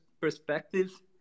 perspective